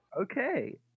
Okay